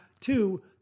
two